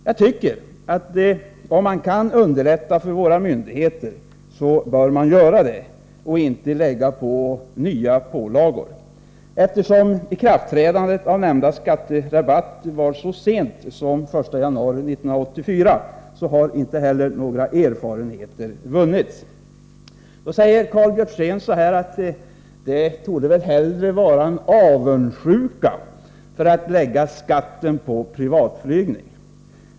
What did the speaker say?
Jag tycker att man om man kan underlätta för våra myndigheter bör göra det och inte lägga på nya pålagor. Eftersom ikraftträdandet av nämnda skatterabatt var så sent som den 1 januari 1984, har inte heller några erfarenheter vunnits. Då säger Karl Björzén så här: Det torde mera bero på avundsjuka att man vill lägga skatten på privatflygning.